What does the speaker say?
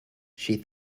she